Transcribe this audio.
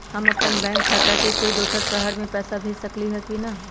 हम अपन बैंक खाता से कोई दोसर शहर में पैसा भेज सकली ह की न?